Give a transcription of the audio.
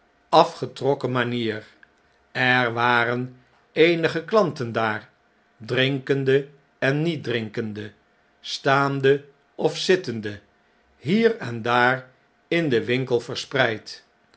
afgetrokken manier er waren eenige klanten daar drinkende en niet drinkende staande of zittende hier en daar in den winkel